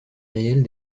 réelle